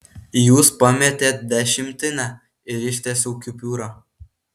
jūs pametėt dešimtinę ir ištiesiau kupiūrą